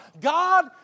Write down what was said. God